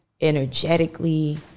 energetically